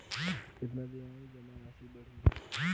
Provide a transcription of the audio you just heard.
कितना दिन में जमा राशि बढ़ी?